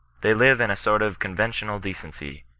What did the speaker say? they live in a sort of conven tional decency,